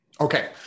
Okay